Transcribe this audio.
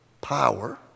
power